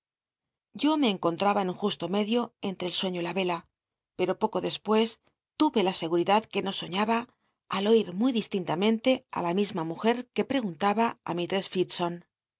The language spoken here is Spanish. yo me encontraba en un justo medio entre el sueño y la vela pero poco despues tuve la seguridad que no soñaba al oir muy distintamente á la misma mujer que preguntaba ü mistress